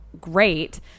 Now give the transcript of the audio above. great